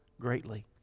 greatly